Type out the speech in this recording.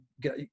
get